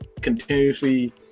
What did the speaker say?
continuously